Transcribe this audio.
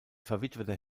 verwitwete